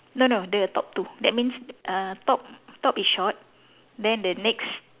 no no the top two that means uh top top is short then the next